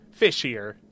Fishier